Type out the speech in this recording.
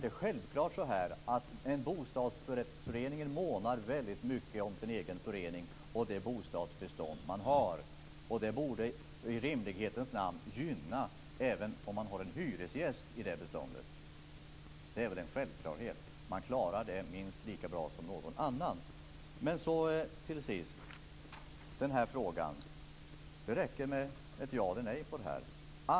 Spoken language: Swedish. En bostadsrättsförening månar mycket om sin egen förening och det bostadsbestånd föreningen har. Det borde i rimlighetens namn även gynna en hyresgäst. Det är en självklarhet. En bostadsrättsförening klarar det minst lika bra som någon annan. Det räcker med ett ja eller nej på denna fråga.